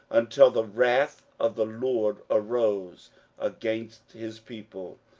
until the wrath of the lord arose against his people,